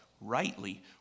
rightly